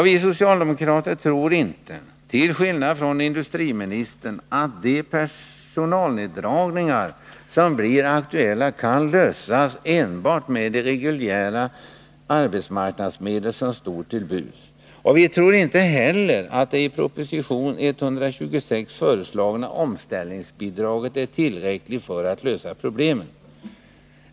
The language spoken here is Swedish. Vi socialdemokrater tror inte — till skillnad från industriministern — att de personalneddragningar som blir aktuella kan lösas enbart med de reguljära arbetsmarknadsmedel som står till buds. Vi tror inte heller att det i proposition 126 föreslagna omställningsbidraget är tillräckligt för att lösa problemen.